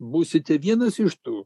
būsite vienas iš tų